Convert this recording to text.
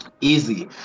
easy